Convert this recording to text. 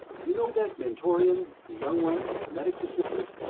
you know that mentorian the young one, the medic's assistant?